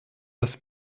dass